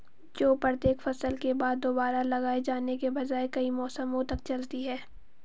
जो प्रत्येक फसल के बाद दोबारा लगाए जाने के बजाय कई मौसमों तक चलती है